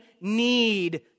need